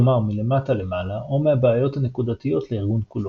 כלומר מלמטה למעלה או מהבעיות הנקודתיות לארגון כלו,